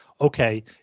okay